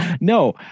No